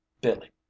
Billy